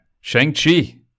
Shang-Chi